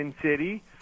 city